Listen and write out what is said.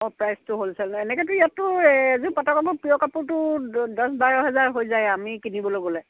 অঁ প্ৰাইচটো হ'লছেল এনেকেতো ইয়াততো এযোৰ পাটৰ কাপোৰ পিয়ৰ কাপোৰটো দহ বাৰ হেজাৰ হৈ যায় আমি কিনিবলে গ'লে